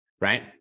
right